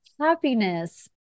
happiness